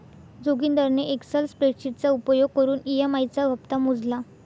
जोगिंदरने एक्सल स्प्रेडशीटचा उपयोग करून ई.एम.आई चा हप्ता मोजला